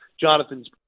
Jonathan's